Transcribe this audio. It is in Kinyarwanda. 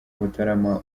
mutarama